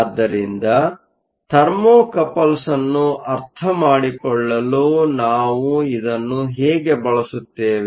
ಆದ್ದರಿಂದ ಥರ್ಮೋಕಪಲ್ಸ್ ಅನ್ನು ಅರ್ಥಮಾಡಿಕೊಳ್ಳಲು ನಾವು ಇದನ್ನು ಹೇಗೆ ಬಳಸುತ್ತೇವೆ